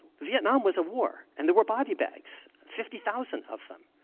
vietnam was a war. and there were body bags. fifty thousand of them.